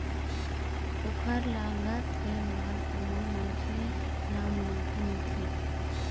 ओखर लागत के बाद ओमा मनखे ल मुनाफा मिलथे